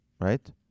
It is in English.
right